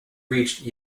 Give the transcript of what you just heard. reached